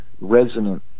resonant